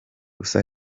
gusa